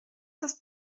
das